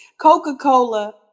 coca-cola